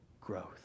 growth